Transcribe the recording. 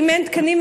אבל אם אין תקנים,